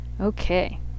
Okay